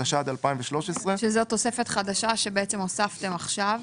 התשע"ד 2013‏;" זה תוספת חדשה שהוספתם עכשיו.